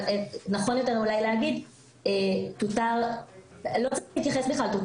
אבל נכון יותר אולי להגיד, תותר להפצה